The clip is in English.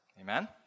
Amen